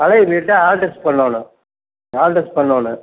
பழைய வீட்டை ஆல்ட்ரெஸ் பண்ணணும் ஆல்ட்ரெஸ் பண்ணணும்